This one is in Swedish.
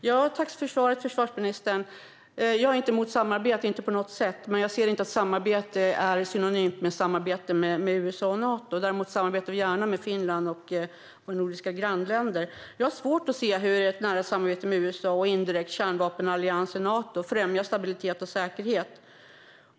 Herr talman! Tack för svaret, försvarsministern! Jag har inget emot samarbete, inte på något sätt, men jag ser inte att samarbete är synonymt med att samarbeta med USA och Nato. Däremot samarbetar vi gärna med Finland och våra nordiska grannländer. Jag har svårt att se hur ett nära samarbete med USA och indirekt kärnvapenalliansen Nato främjar stabilitet och säkerhet.